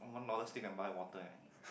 one dollar still can buy a water eh